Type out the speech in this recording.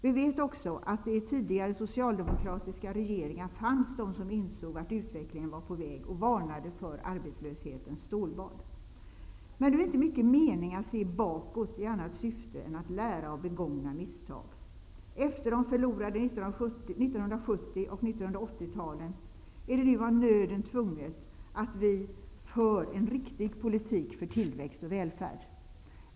Vi vet också att det i tidigare socialdemokratiska regeringar fanns de som insåg vart utvecklingen var på väg och varnade för Men nu är det inte mycket mening i att se bakåt i annat syfte än att lära av begångna misstag. Efter de förlorade 1970 och 1980-talen är det nu av nöden tvunget att vi för en riktig politik för tillväxt och välfärd.